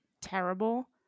terrible